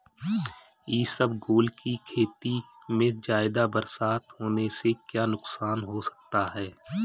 इसबगोल की खेती में ज़्यादा बरसात होने से क्या नुकसान हो सकता है?